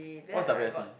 what's W_S_C